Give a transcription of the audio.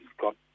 got